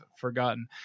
forgotten